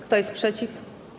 Kto jest przeciw?